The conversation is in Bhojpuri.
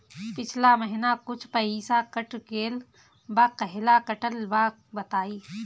पिछला महीना कुछ पइसा कट गेल बा कहेला कटल बा बताईं?